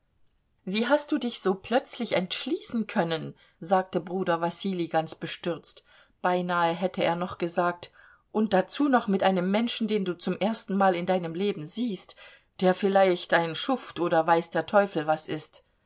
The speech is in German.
wie hast du dich so plötzlich entschließen können sagte bruder wassilij ganz bestürzt beinahe hätte er noch gesagt und dazu noch mit einem menschen den du zum erstenmal in deinem leben siehst der vielleicht ein schuft und weiß der teufel was ist